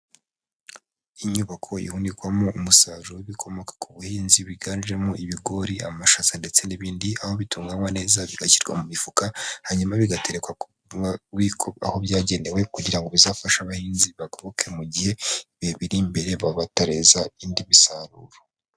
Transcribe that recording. Inyubako ihunikwamo umusaruro w'ibikomoka ku buhinzi wiganjemo ibigori, amashaza, ndetse n'ibindi, aho bitunganywa neza bigashyirwa mu mifuka, hanyuma bigaterekwa mu bubiko aho byagenewe kugirango bizafashe abahinzi bibagoboke mu gihe biri imbere baba batarenza indi misaruro.